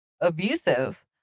abusive